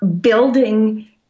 building